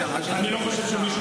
הוא קיים במדינות רבות בעולם,